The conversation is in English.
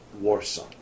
Warsaw